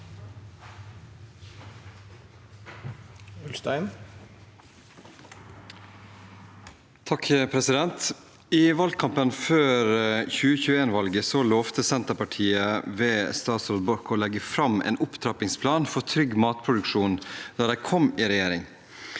I valgkampen før 2021-valget lovte Senterpartiet ved statsråd Borch å legge fram en opptrappingsplan for trygg matproduksjon når de kom i regjering.